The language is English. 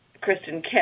Kristen